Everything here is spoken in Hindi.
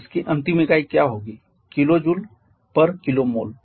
फिर इस की अंतिम इकाई क्या होगी kJkmol